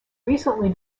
recently